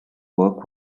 work